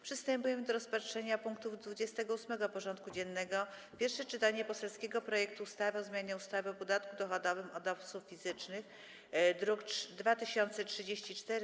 Przystępujemy do rozpatrzenia punktu 28. porządku dziennego: Pierwsze czytanie poselskiego projektu ustawy o zmianie ustawy o podatku dochodowym od osób fizycznych (druk nr 2034)